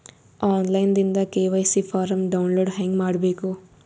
On line ದಿಂದ KYC form download ಹೇಂಗ ಮಾಡಬೇಕು?